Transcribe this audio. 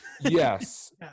yes